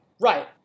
right